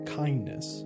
kindness